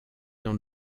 dans